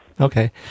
okay